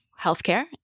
healthcare